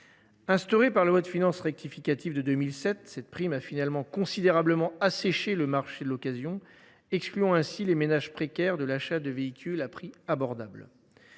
Instaurée par la loi de finances rectificative pour 2007, cette prime a finalement asséché de façon considérable le marché de l’occasion, excluant ainsi les ménages précaires de l’achat de véhicules à un prix abordable.